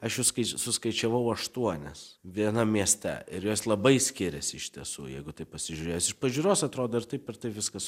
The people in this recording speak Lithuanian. aš juos kai suskaičiavau aštuonias viena mieste ir jos labai skiriasi iš tiesų jeigu taip pasižiūrėsi iš pažiūros atrodo ir taip ir taip viskas